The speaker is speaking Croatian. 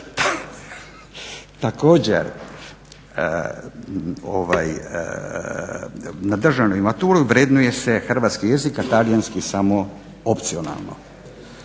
Također, na državnoj maturi vrednuje se hrvatski jezik, a talijanski samo opcionalno.